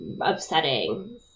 upsetting